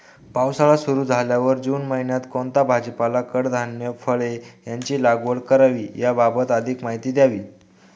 पावसाळा सुरु झाल्यावर जून महिन्यात कोणता भाजीपाला, कडधान्य, फळे यांची लागवड करावी याबाबत अधिक माहिती द्यावी?